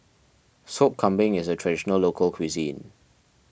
Sop Kambing is a Traditional Local Cuisine